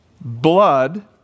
blood